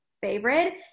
favorite